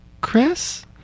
Chris